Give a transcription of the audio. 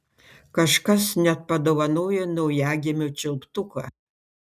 kažkas net padovanojo naujagimio čiulptuką